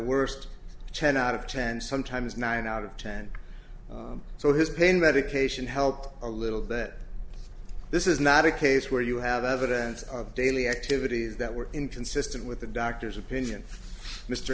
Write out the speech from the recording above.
worst ten out of ten sometimes nine out of ten so his pain medication helped a little bit this is not a case where you have evidence of daily activities that were inconsistent with the doctor's opinion mr